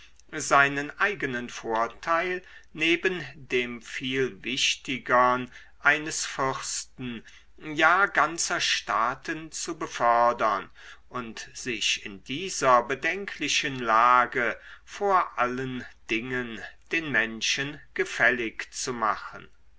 seinen eigenen vorteil neben dem viel wichtigern eines fürsten ja ganzer staaten zu befördern und sich in dieser bedenklichen lage vor allen dingen den menschen gefällig zu machen